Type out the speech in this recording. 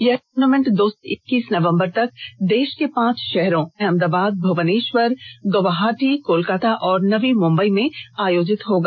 यह दूर्नामेंट दो से इक्कीस नवम्बर तक देश के पांच शहरों अहमदाबाद भुवनेश्वर गुवाहाटी कोलकाता और नवी मुंबई में आयोजित होगा